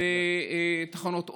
ותחנות אוטובוס,